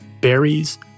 berries